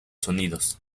sonidos